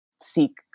seek